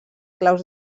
claus